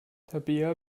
tabea